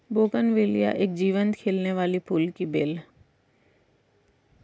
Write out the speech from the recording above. bougainvillea एक जीवंत खिलने वाली फूल की बेल है